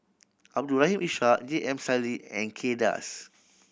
Abdul Rahim Ishak J M Sali and Kay Das